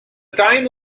time